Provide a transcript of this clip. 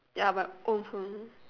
ya but old phone